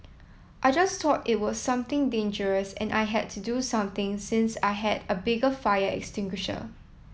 I just thought it was something dangerous and I had to do something since I had a bigger fire extinguisher